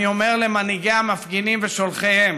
אני אומר למנהיגי המפגינים ושולחיהם: